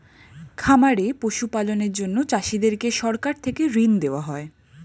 খামারে পশু পালনের জন্য চাষীদেরকে সরকার থেকে ঋণ দেওয়া হয়